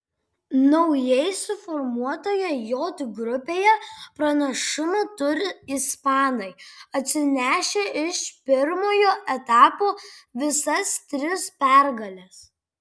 naujai suformuotoje j grupėje pranašumą turi ispanai atsinešę iš pirmojo etapo visas tris pergales